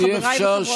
חבריי וחברותיי,